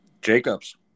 Jacobs